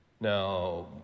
Now